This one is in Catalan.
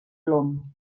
plom